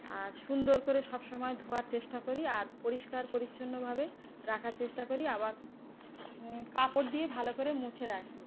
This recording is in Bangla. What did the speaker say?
আর সুন্দর করে সবসময় ধোয়ার চেষ্টা করি আর পরিষ্কার পরিচ্ছন্নভাবে রাখার চেষ্টা করি আবার কাপড় দিয়ে ভালো করে মুছে রাখি